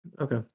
okay